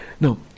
Now